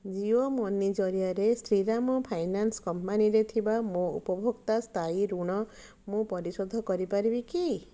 ଜିଓ ମନି ଜରିଆରେ ଶ୍ରୀରାମ ଫାଇନାନ୍ସ କମ୍ପାନୀରେ ଥିବା ମୋ ଉପଭୋକ୍ତା ସ୍ଥାୟୀ ଋଣ ମୁଁ ପରିଶୋଧ କରିପାରିବି କି